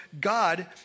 God